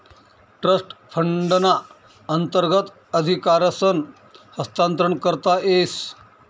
trust फंडना अंतर्गत अधिकारसनं हस्तांतरण करता येस